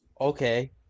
okay